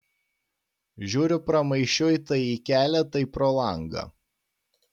žiūriu pramaišiui tai į kelią tai pro langą